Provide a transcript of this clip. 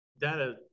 data